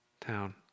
town